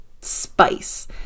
spice